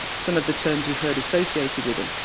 some of the terms we've heard associated with him.